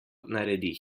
naredi